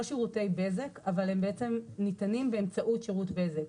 שירותי בזק אבל הם בעצם ניתנים באמצעות שירות בזק